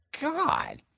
God